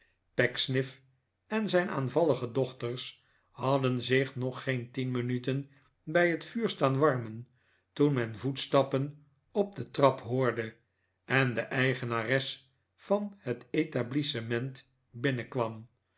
pecksniff en zijn aanvallige dochters hadden zich nog geen tien minuten bij het vuur staan warmen toen men voetstappen op de trap hoorde en de eigenares van het etablissement binnenkwam